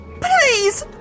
Please